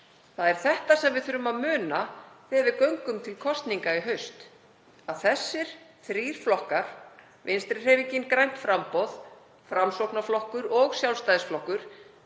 Það er það sem við þurfum að muna þegar við göngum til kosninga í haust, þessir þrír flokkar, Vinstrihreyfingin – grænt framboð, Framsóknarflokkur og Sjálfstæðisflokkur,